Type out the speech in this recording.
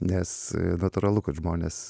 nes natūralu kad žmonės